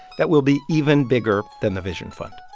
that will be even bigger than the vision fund